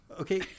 Okay